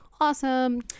awesome